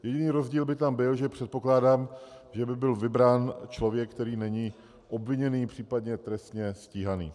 Jediný rozdíl by tam byl, že předpokládám, že by byl vybrán člověk, který není obviněný, případně trestně stíhaný.